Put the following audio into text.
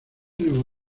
nuevo